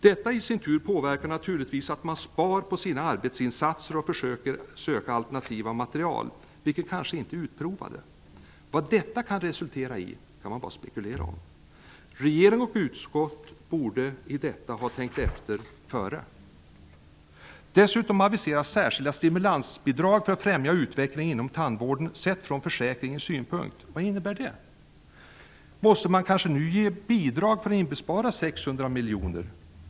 Detta i sin tur gör naturligtvis att de sparar på sina arbetsinsatser och söker alternativa material, vilka kanske inte är utprovade. Vad detta kan resultera i kan man bara spekulera om. Regering och utskott borde ha tänkt efter före! Dessutom aviseras särskilda stimulansbidrag för att främja utvecklingen inom tandvården, sett från försäkringssynpunkt. Vad innebär det? Måste man nu ge bidrag för att inbespara 600 miljoner?